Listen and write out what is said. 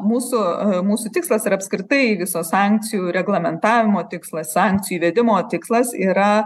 mūsų mūsų tikslas ir apskritai viso sankcijų reglamentavimo tikslas sankcijų įvedimo tikslas yra